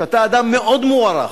שאתה אדם מאוד מוערך: